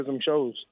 shows